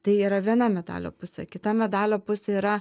tai yra viena medalio pusė kita medalio pusė yra